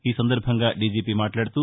ఈ సందర్బంగా డీజీపీ మాట్లాదుతూ